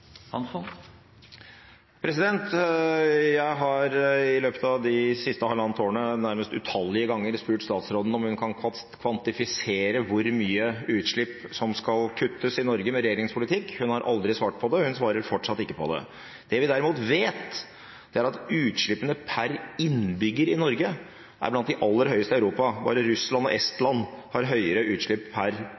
klimaforpliktelse. Jeg har i løpet av det siste halvannet året nærmest utallige ganger spurt statsråden om hun kan kvantifisere hvor mye utslipp som skal kuttes i Norge med regjeringens politikk. Hun har aldri svart på det, og hun svarer fortsatt ikke på det. Det vi derimot vet, er at utslippene per innbygger i Norge er blant de aller høyeste i Europa. Bare Russland og Estland har høyere utslipp per